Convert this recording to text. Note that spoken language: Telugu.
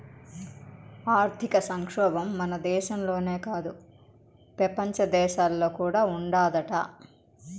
ఆర్థిక సంక్షోబం మన దేశంలోనే కాదు, పెపంచ దేశాల్లో కూడా ఉండాదట